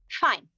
fine